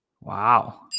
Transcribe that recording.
Wow